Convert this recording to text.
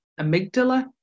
amygdala